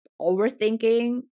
overthinking